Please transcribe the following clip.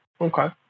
Okay